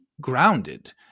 grounded